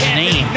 name